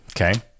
okay